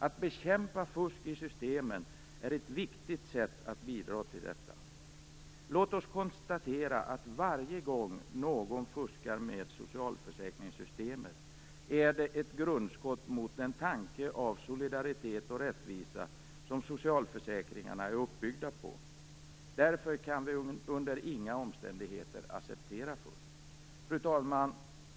Att bekämpa fusk i systemen är ett viktigt sätt att bidra till detta. Låt oss konstatera att varje gång någon fuskar med socialförsäkringssystemet är det ett grundskott mot den tanke om solidaritet och rättvisa som socialförsäkringarna är uppbyggda på. Därför kan vi under inga omständigheter acceptera fusk. Fru talman!